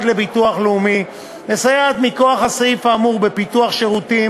לביטוח לאומי מסייעת מכוח הסעיף האמור בפיתוח שירותים